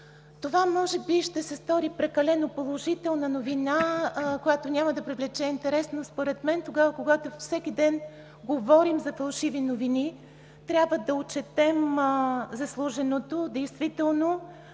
Тя може би ще се стори прекалено положителна, която няма да привлече интерес, но според мен тогава, когато всеки ден говорим за фалшиви новини, трябва да отчетем заслуженото. Действително,